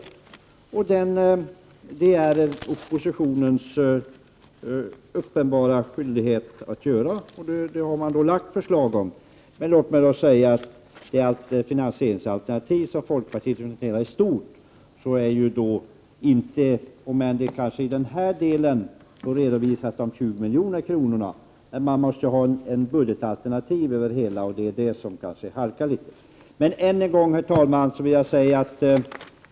Det är oppositionens uppenbara skyldighet att lägga fram sådana förslag och det har man gjort. Men i det finansieringsalternativ som folkpartiet i stort presenterar är inte de 20 milj.kr. till förstärkning av länsstyrelseanslaget redovisade. Man måste ha ett heltäckande budgetalternativ, men det är kanske i det avseendet som man halkar efter litet.